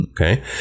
okay